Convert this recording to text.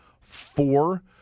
four